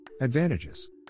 Advantages